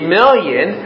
million